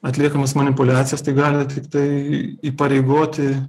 atliekamas manipuliacijas tai gali tiktai įpareigoti